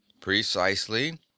Precisely